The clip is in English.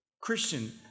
Christian